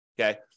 okay